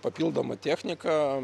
papildoma technika